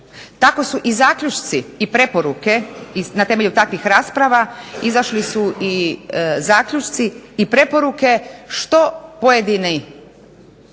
Tako su i zaključci i preporuke na temelju takvih rasprava, izašli su i zaključci i preporuke što pojedina